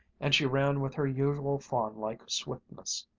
and she ran with her usual fawn-like swiftness.